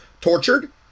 tortured